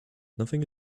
nothing